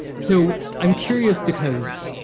so i'm curious because,